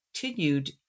continued